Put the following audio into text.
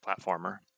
platformer